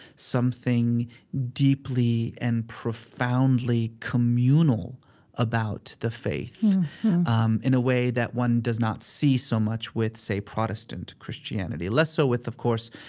something deeply and profoundly communal about the faith mm-hmm um in a way that one does not see so much with, say, protestant christianity. less so with, of course,